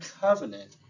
covenant